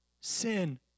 sin